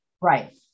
Right